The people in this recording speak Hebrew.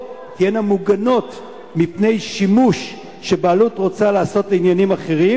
יהיו מוגנים מפני שימוש של הבעלות בעניינים אחרים,